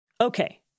Okay